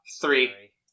three